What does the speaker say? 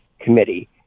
committee